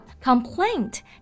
complaint